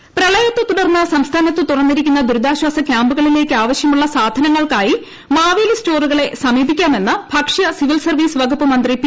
തിലോത്തമൻ പ്രളയത്തെ തുടർന്ന് സംസ്ഥാനത്ത് തുറന്നിരിക്കുന്ന ദുരിതാശ്വാസ ക്യാമ്പുകളിലേക്ക് ആവശ്യമുള്ള സാധനങ്ങൾക്കായി മാവേലി സ്റ്റോറുകളെ സമീപിക്കാമെന്ന് ഭക്ഷ്യ സിവിൽ സർവീസ് വകുപ്പ് മന്ത്രി പി